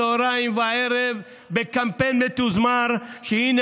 צוהריים וערב בקמפיין מתוזמר שהינה,